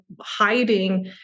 hiding